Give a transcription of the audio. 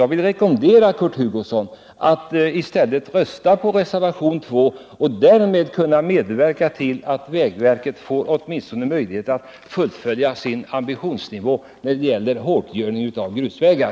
Jag vill rekommendera Kurt Hugosson att i stället rösta på reservationen 2 och därmed medverka till att vägverket får möjligheter att åtminstone uppnå sin ambitionsnivå när det gäller hårdgöring av grusvägar.